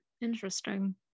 interesting